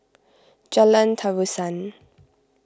Jalan Terusan